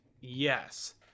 Yes